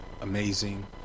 amazing